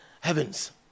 heavens